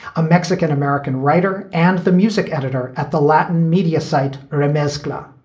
a mexican-american writer and the music editor at the latin media site or a mascola.